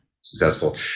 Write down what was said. successful